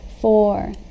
four